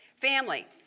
Family